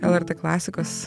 lrt klasikos